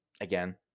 again